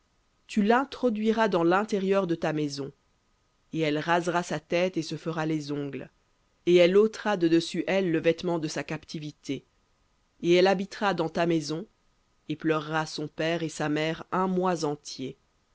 l'intérieur de ta maison et elle rasera sa tête et se fera les ongles et elle ôtera de dessus elle le vêtement de sa captivité et elle habitera dans ta maison et pleurera son père et sa mère un mois entier